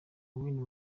winnie